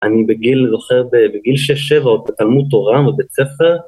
אני בגיל, אני זוכר בגיל שש-שבע, בתלמוד תורה, בבית ספר.